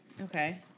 Okay